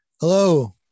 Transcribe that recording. Hello